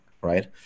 right